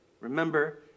remember